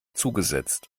zugesetzt